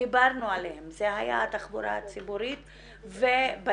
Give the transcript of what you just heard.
שדיברנו עליהם זה היה התחבורה הציבורית בנגב,